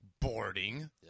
boarding